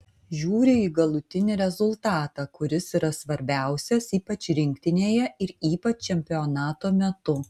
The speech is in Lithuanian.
žiūri į galutinį rezultatą kuris yra svarbiausias ypač rinktinėje ir ypač čempionato metu